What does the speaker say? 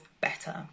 better